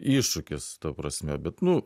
iššūkis ta prasme bet nu